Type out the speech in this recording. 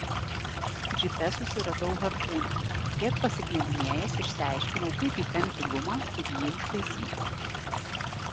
džipe susiradau harpūną kiek pasiknebinėjęs išsiaiškinau kaip įtempti gumą ir jį užtaisyti